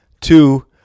two